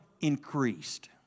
increased